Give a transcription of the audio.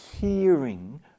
hearing